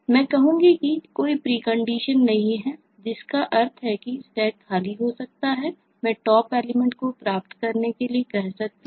मैं कहूंगा कि कोई प्रीकंडीशन नहीं है जिसका अर्थ है कि Stack खाली हो सकता है और मैं Top एलिमेंट को प्राप्त करने के लिए कह सकता हूं